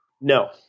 No